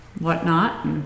whatnot